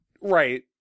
Right